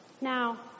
Now